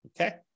Okay